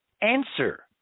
answer